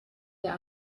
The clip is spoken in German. der